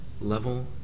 Level